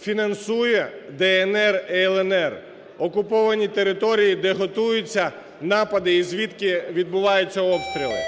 фінансує "ДНР" і "ЛНР", окуповані території, де готуються напади і звідки відбуваються обстріли.